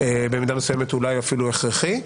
במידה מסוימת אולי הוא אפילו הכרחי.